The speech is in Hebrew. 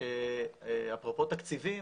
שאפרופו תקציבים,